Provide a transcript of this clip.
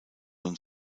und